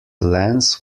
plans